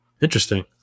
Interesting